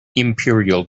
imperial